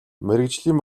мэргэжлийн